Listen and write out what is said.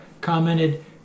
commented